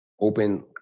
open